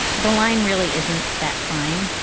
the line really isn't that fine.